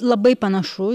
labai panašu